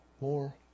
more